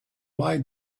why